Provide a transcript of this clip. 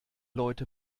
leute